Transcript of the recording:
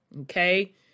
okay